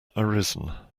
arisen